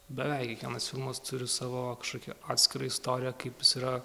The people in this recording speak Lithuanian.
beveik kiekvienas filmas turi savo kažkokią atskirą istoriją kaip jis yra